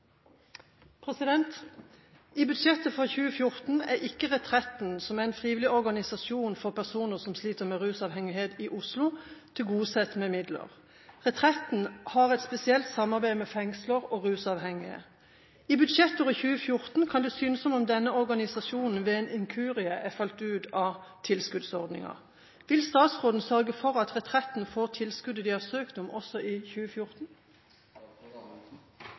maten i Norge. «I budsjettet for 2014 er ikke Retretten, en frivillig organisasjon for personer som sliter med rusavhengighet i Oslo, tilgodesett med midler. Retretten har et spesielt samarbeid med fengsler og rusavhengige. I budsjettåret 2014 kan det synes som om denne organisasjonen ved en inkurie er falt ut av tilskuddsordninga. Vil statsråden sørge for at Retretten får tilskuddet de har søkt om, også i 2014?»